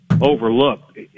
overlooked